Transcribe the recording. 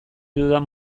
dudan